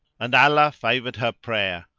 and allah favoured her prayer.